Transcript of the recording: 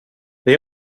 they